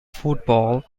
football